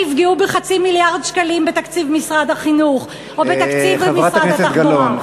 שיפגעו בחצי מיליארד שקלים בתקציב משרד החינוך או בתקציב משרד התחבורה?